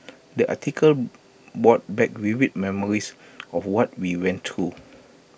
the article brought back vivid memories of what we went through